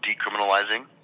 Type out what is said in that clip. decriminalizing